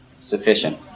sufficient